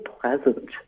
pleasant